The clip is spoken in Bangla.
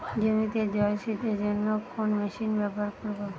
জমিতে জল সেচের জন্য কোন মেশিন ব্যবহার করব?